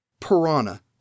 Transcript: Piranha